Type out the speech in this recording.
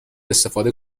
استفاده